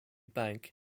bank